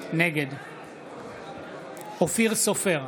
נגד אופיר סופר,